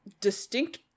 distinct